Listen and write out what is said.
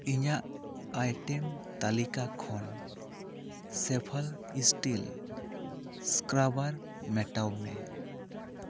ᱤᱧᱟᱜ ᱟᱭᱴᱮᱢ ᱛᱟᱞᱤᱠᱟ ᱠᱷᱚᱱ ᱥᱮᱯᱷᱚᱞ ᱥᱴᱤᱞ ᱥᱠᱨᱟᱵᱟᱨ ᱢᱮᱴᱟᱣ ᱢᱮ